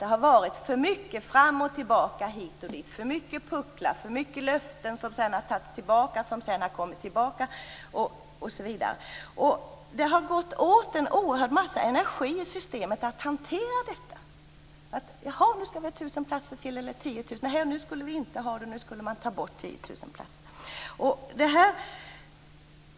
Det har varit för mycket fram och tillbaka, hit och dit, för mycket pucklar, för mycket löften som sedan har tagits tillbaka för att sedan komma tillbaka igen. Det har gått åt en oerhörd massa energi i systemet för att hantera detta. Ena stunden skulle vi ha 1 000 eller 10 000 platser till och i nästa skulle vi inte ha det. Nu skulle man ta bort 10 000 platser.